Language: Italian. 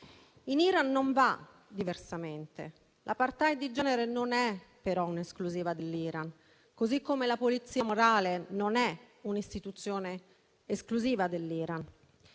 In Iran non va diversamente. L'*apartheid* di genere non è però un'esclusiva dell'Iran, come la polizia morale non è una sua istituzione esclusiva.